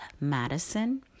Madison